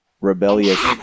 rebellious